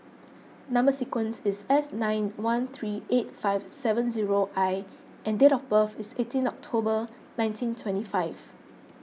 Number Sequence is S nine one three eight five seven zero I and date of birth is eighteen October nineteen twenty five